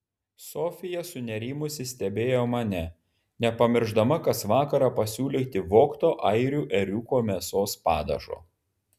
sofija sunerimusi stebėjo mane nepamiršdama kas vakarą pasiūlyti vogto airių ėriuko mėsos padažo